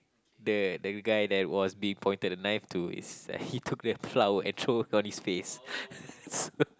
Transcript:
the the guy that was being pointed the knife to is he took the flower and throw on his face so